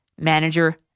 manager